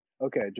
Okay